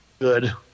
good